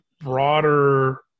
broader